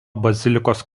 bazilikos